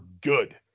good